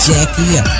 Jackie